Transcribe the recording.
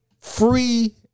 Free